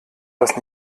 das